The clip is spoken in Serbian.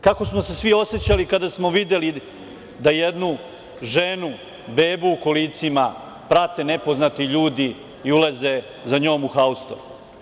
Kako smo se svi osećali kada smo videli da jednu ženu, bebu u kolicima prate nepoznati ljudi i ulaze za njom u haustor?